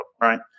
right